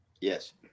Yes